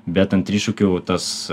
bet ant trišakių tas